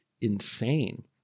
insane